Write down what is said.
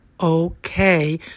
okay